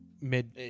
mid